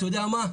אתה יודע מה?